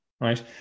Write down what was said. right